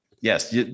yes